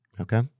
okay